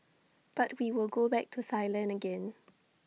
but we will go back to Thailand again